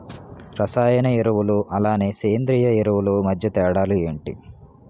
రసాయన ఎరువులు అలానే సేంద్రీయ ఎరువులు మధ్య తేడాలు ఏంటి?